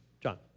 John